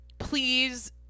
please